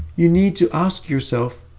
you need to ask yourself,